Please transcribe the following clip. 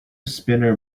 spinner